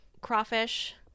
crawfish